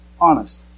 honest